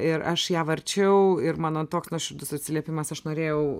ir aš ją varčiau ir mano toks nuoširdus atsiliepimas aš norėjau